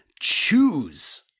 choose